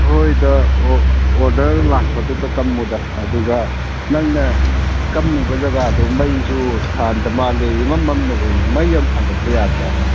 ꯍꯣꯏꯗ ꯑꯣꯗꯔ ꯂꯥꯛꯄꯗꯨꯗ ꯀꯝꯃꯨꯗ ꯑꯗꯨꯒ ꯅꯪꯅ ꯀꯝꯃꯤꯕ ꯖꯥꯒꯗꯣ ꯃꯩꯁꯨ ꯊꯥꯟꯗ ꯃꯥꯜꯂꯦ ꯏꯃꯝ ꯃꯝꯅ ꯎꯏ ꯃꯩ ꯑꯃ ꯊꯥꯟꯒꯠꯄ ꯌꯥꯗ꯭ꯔꯥꯕ